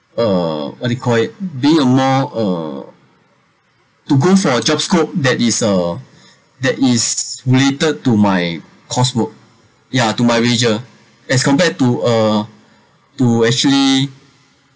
uh what do you call it being uh more uh to go for my job scope that is ah that is related to my coursework ya to my major as compared to uh to actually